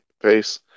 face